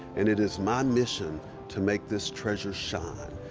and it is my mission to make this treasure shine.